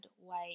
white